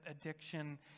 addiction